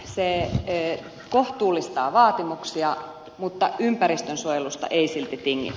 se kohtuullistaa vaatimuksia mutta ympäristönsuojelusta ei silti tingitä